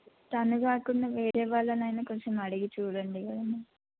తను కాకుండా వేరే వాళ్ళనైనా కొంచెం అడిగి చూడండి కద మ్యామ్